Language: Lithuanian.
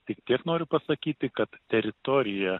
tik tiek noriu pasakyti kad teritorija